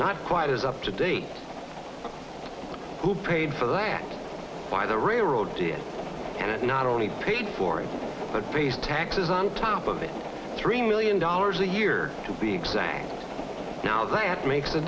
not quite as up to date who paid for that by the railroad to it and it not only paid for it but pays taxes on top of it three million dollars a year to be exact now that makes a